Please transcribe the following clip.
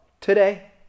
today